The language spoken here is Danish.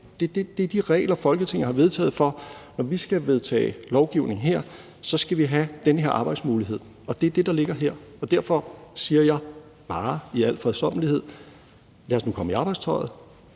Det er de regler, Folketinget har vedtaget. Når vi skal vedtage lovgivning her, så skal vi have den her arbejdsmulighed. Det er det, der ligger her. Derfor siger jeg bare i al fredsommelighed: Lad os nu komme i arbejdstøjet,